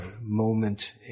moment